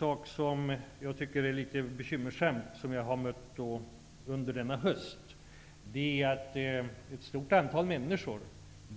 Något som jag tycker är litet bekymmersamt och som jag har stött på under denna höst är att ett stort antal människor